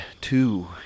two